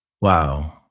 Wow